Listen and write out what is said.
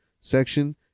section